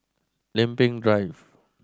Lempeng Drive